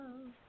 love